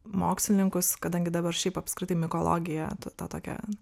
mokslininkus kadangi dabar šiaip apskritai mikologija ta tokia